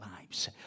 lives